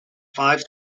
five